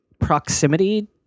proximity